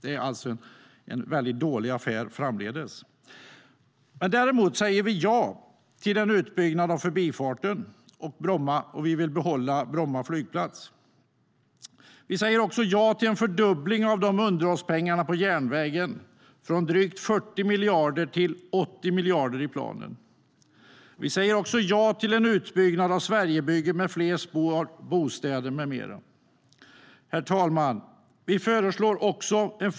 Det är alltså en väldigt dålig affär framdeles. Vi säger också ja till en fördubbling av återhållspengarna på järnvägen från drygt 40 miljarder till 80 miljarder i planen. Herr talman!